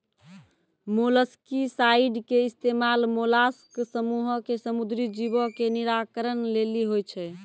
molluscicide के इस्तेमाल mollusc समूहो के समुद्री जीवो के निराकरण लेली होय छै